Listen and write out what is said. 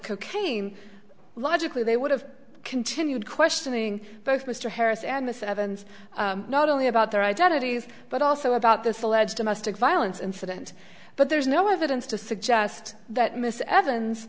cocaine logically they would have continued questioning both mr harris and miss evans not only about their identities but also about this alleged domestic violence incident but there's no evidence to suggest that miss evans